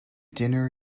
dinner